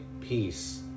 peace